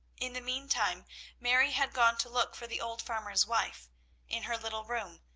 in the meantime mary had gone to look for the old farmer's wife in her little room,